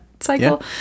cycle